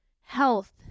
health